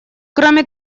кроме